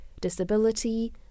disability